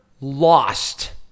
lost